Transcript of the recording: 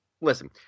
listen